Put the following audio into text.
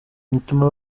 bituma